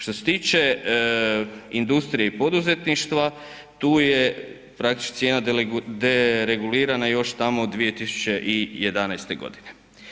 Što se tiče industrije i poduzetništva tu je praktički cijena deregulirana još tamo 2011. godine.